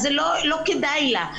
אז לא כדאי לה,